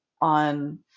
On